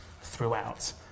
throughout